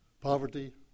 poverty